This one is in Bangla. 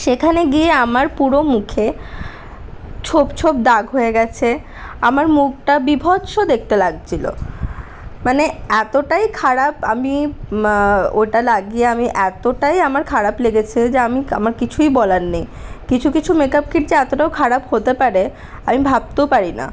সেখানে গিয়ে আমার পুরো মুখে ছোপ ছোপ দাগ হয়ে গেছে আমার মুখটা বীভৎস দেখতে লাগছিলো মানে এতটাই খারাপ আমি ওটা লাগিয়ে আমি এতটাই আমার খারাপ লেগেছে যে আমি আমার কিছুই বলার নেই কিছু কিছু মেকআপ কিট যে এতটাও খারাপ হতে পারে আমি ভাবতেও পারি না